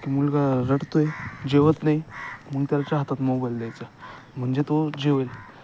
की मुलगा रडतो आहे जेवत नाही मग त्याच्या हातात मोबाईल द्यायचा म्हणजे तो जेवेल